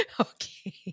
Okay